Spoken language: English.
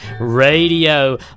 radio